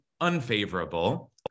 unfavorable